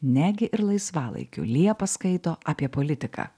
negi ir laisvalaikiu liepa skaito apie politiką